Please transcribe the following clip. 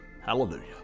Hallelujah